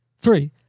Three